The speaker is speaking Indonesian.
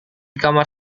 kamar